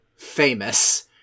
famous